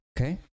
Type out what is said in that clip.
okay